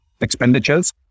expenditures